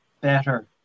better